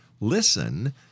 listen